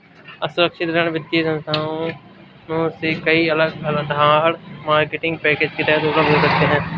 असुरक्षित ऋण वित्तीय संस्थानों से कई अलग आड़, मार्केटिंग पैकेज के तहत उपलब्ध हो सकते हैं